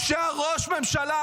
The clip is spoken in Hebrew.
שהראש ממשלה,